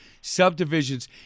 subdivisions